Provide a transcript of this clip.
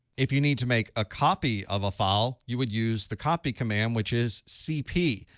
if you need to make a copy of a file, you would use the copy command, which is cp.